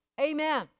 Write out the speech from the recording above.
Amen